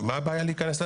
מה הבעיה להיכנס?